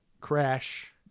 crash